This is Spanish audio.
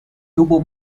tuvo